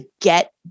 get